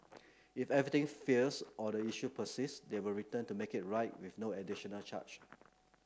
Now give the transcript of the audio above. if anything fails or the issue persists they will return to make it right with no additional charge